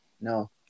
No